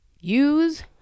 Use